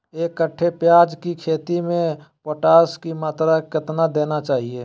एक कट्टे प्याज की खेती में पोटास की मात्रा कितना देना चाहिए?